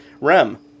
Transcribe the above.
Rem